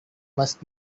must